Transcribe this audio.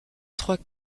trois